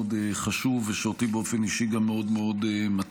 חשוב ושאותי באופן אישי גם מאוד מטריד.